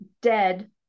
dead